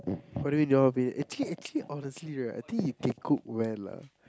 what do you mean you don't want to be actually actually honestly right I think you can coo well lah